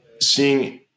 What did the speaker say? seeing